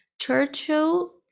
Churchill